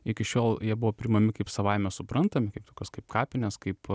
iki šiol jie buvo priimami kaip savaime suprantami kaip tokios kaip kapinės kaip